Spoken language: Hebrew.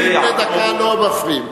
בנאומים בני דקה לא מפריעים.